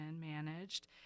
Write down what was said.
managed